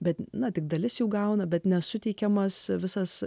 bet na tik dalis jų gauna bet nesuteikiamas visas